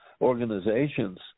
organizations